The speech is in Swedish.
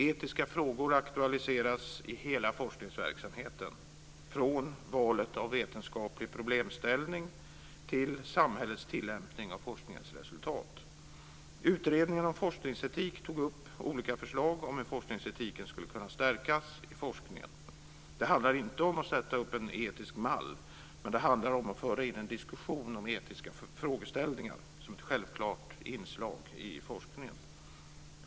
Etiska frågor aktualiseras i hela forskningsverksamheten, från valet av vetenskaplig problemställning till samhällets tillämpning av forskningens resultat. Utredningen om forskningsetik tog upp olika förslag om hur forskningsetiken skulle kunna stärkas i forskningen. Det handlar inte om att sätta upp en etisk mall, utan det handlar om att föra in en diskussion om etiska frågeställningar som ett självklart inslag i forskningen.